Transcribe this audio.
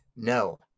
No